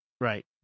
right